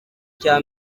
cya